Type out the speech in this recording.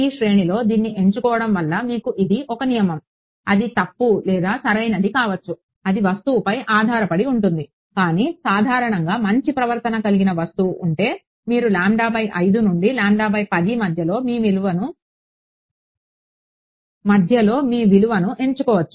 ఈ శ్రేణిలో దీన్ని ఎంచుకోవడం వలన మీకు ఇది ఒక నియమం అది తప్పు లేదా సరియైనది కావచ్చు అది వస్తువుపై ఆధారపడి ఉంటుంది కానీ సాధారణంగా మంచి ప్రవర్తన కలిగిన వస్తువు ఉంటే మీరు నుండి మధ్యలో మీ విలువను ఎంచుకోవచ్చు